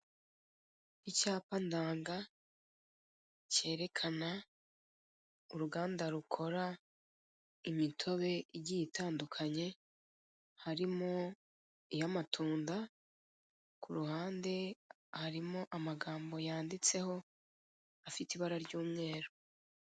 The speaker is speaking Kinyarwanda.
Icyapa ndanga kerekana uruganda rukora imitobe igiye itandukanye harimo iy'amatunda ku ruhande hariho amagambo yanditseho, afite ibara ry'umweru.